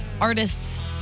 artists